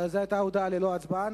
זו היתה הודעה ללא הצבעה.